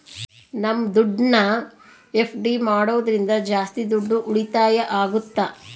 ನಮ್ ದುಡ್ಡನ್ನ ಎಫ್.ಡಿ ಮಾಡೋದ್ರಿಂದ ಜಾಸ್ತಿ ದುಡ್ಡು ಉಳಿತಾಯ ಆಗುತ್ತ